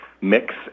mix